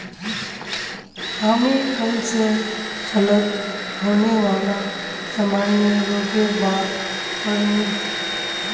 हामी कल स फलत होने वाला सामान्य रोगेर बार पढ़ मु